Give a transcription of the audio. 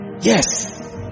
Yes